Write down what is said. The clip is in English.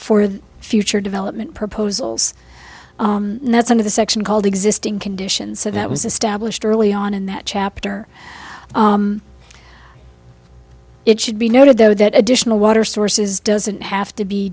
the future development proposals and that's one of the section called existing conditions so that was established early on in that chapter it should be noted though that additional water sources doesn't have to be